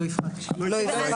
לא יפחת מ-.